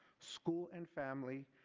school and family,